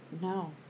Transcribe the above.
No